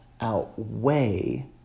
outweigh